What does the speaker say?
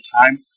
time